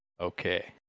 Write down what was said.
Okay